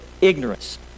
ignorance